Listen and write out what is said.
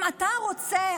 אם אתה רוצה,